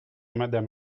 madame